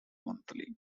monthly